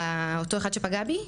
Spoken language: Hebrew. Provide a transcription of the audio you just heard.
אותו אחד שפגע בי?